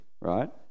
right